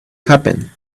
happen